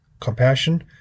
compassion